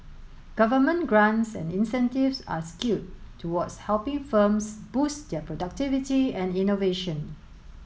government grants and incentives are skewed towards helping firms boost their productivity and innovation